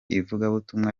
ivugabutumwa